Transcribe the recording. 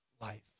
life